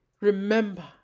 Remember